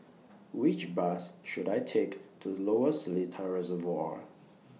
Which Bus should I Take to Lower Seletar Reservoir